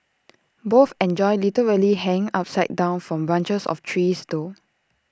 both enjoy literally hang upside down from branches of trees though